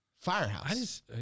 firehouse